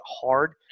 hard